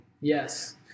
Yes